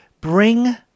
bring